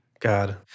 God